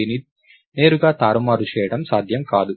దీన్ని నేరుగా తారుమారు చేయడం సాధ్యం కాదు